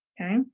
Okay